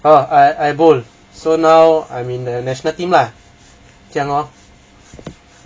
orh I bowl so now I'm in an national team lah 这样 loh